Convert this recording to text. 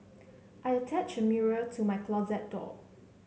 I attached a mirror to my closet door